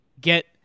get